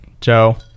Joe